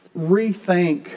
rethink